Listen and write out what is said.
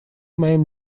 моим